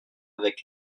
avec